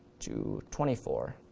to twenty four.